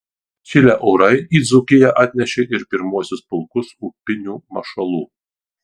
atšilę orai į dzūkiją atnešė ir pirmuosius pulkus upinių mašalų